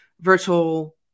virtual